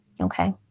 Okay